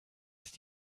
ist